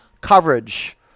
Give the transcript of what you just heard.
coverage